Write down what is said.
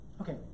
Okay